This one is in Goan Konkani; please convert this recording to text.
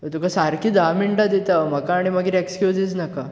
पळय तुका सारकी धां मिनटां दिता हांव म्हाका आनीक मागीर एक्सक्यूजीस नाका